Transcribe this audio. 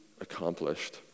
Accomplished